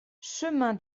chemin